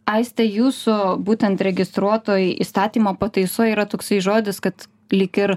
aistė jūsų būtent registruotoj įstatymo pataisoj yra toksai žodis kad lyg ir